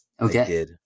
okay